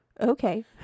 okay